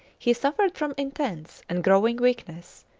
he suffered from intense and growing weakness,